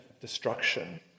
destruction